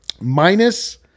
minus